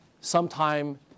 sometime